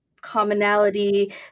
commonality